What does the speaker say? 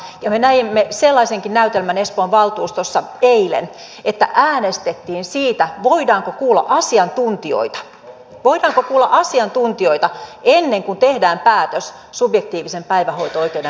ja me näimme sellaisenkin näytelmän espoon valtuustossa eilen että äänestettiin siitä voidaanko kuulla asiantuntijoita voidaanko kuulla asiantuntijoita ennen kuin tehdään päätös subjektiivisen päivähoito oikeuden rajoittamisesta